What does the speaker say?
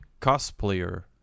cosplayer